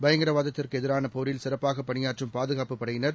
பயங்கரவாதத்திற்குஎதிரானபோரில்சிறப்பாகபணியாற்றும்பாதுகாப்புபடையினர்